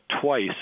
twice